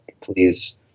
please